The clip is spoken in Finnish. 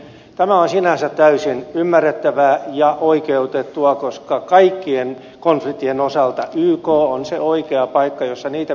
tämä on sinänsä täysin ymmärrettävää ja oikeutettua koska kaikkien konfliktien osalta yk on se oikea paikka jossa niitä pitää käsitellä